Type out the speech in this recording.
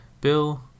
bill